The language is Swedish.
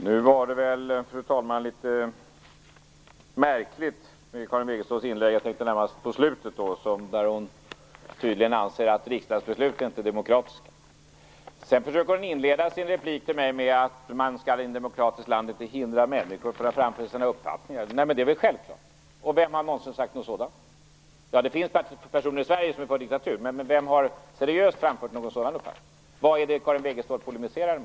Fru talman! Nu var det litet märkligt med Karin Wegeståls inlägg. Jag tänker närmast på slutet, där hon tydligen anser att riksdagsbeslut inte är demokratiska. Sedan försöker hon inleda sin replik till mig med att man i ett demokratiskt land inte skall hindra människor från att framföra sina uppfattningar. Det är väl självklart! Vem har någonsin sagt något sådan? Det finns personer i Sverige som är för diktatur, men vem har seriöst framfört någon sådan uppfattning? Vad är det Karin Wegestål polemiserar mot?